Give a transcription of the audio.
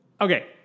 okay